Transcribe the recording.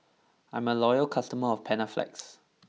I'm a loyal customer of Panaflex